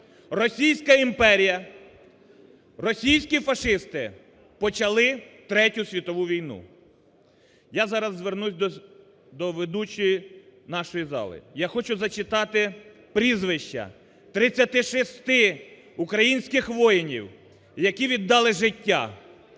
Російська імперія, російські фашисти почали третю світову війну. Я зараз звернусь до ведучої нашої зали. Я хочу зачитати прізвища 36 українських воїнів, які віддали життя